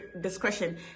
discretion